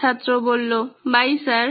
ছাত্র bye sir